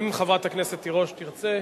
אם חברת הכנסת תרצה,